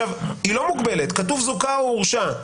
היא לא מוגבלת, כתוב: זוכה או הורשע.